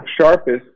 sharpest